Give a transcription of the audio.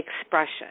expression